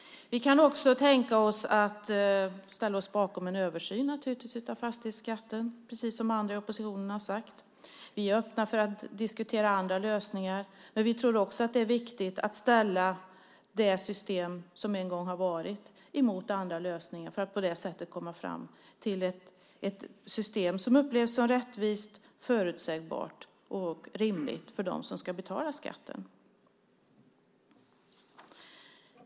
Vi kan naturligtvis också tänka oss att ställa oss bakom en översyn av fastighetsskatten, precis som andra i oppositionen har sagt. Vi är öppna för att diskutera andra lösningar. Men vi tror också att det är viktigt att ställa det system som en gång har varit mot andra lösningar för att på det sättet komma fram till ett system som upplevs som rättvist, förutsägbart och rimligt för dem som ska betala skatten.